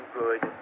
good